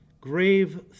grave